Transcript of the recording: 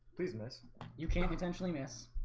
please miss you can't potentially miss.